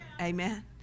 Amen